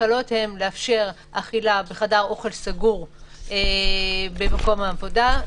ההקלות הן לאפשר אכילה בחדר אוכל סגור במקום העבודה,